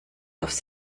aufs